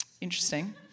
Interesting